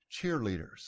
cheerleaders